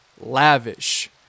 lavish